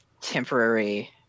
temporary